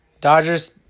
Dodgers